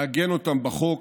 לעגן אותם בחוק,